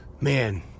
man